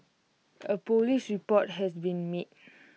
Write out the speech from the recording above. A Police report has been made